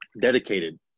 dedicated